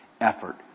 effort